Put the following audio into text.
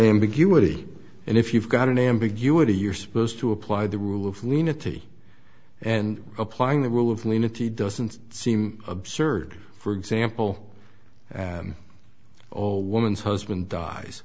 ambiguity and if you've got an ambiguity you're supposed to apply the rule of lunatics and applying the rule of limited doesn't seem absurd for example all woman's husband dies